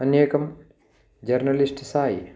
अन्येकः journalist Sai